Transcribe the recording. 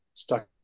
stuck